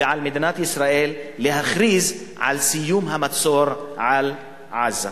ועל מדינת ישראל להכריז על סיום המצור על עזה.